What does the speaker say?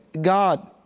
God